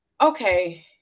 okay